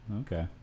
Okay